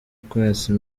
kwesa